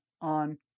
on